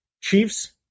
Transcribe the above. Chiefs